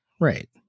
Right